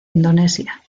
indonesia